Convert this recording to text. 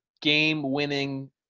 game-winning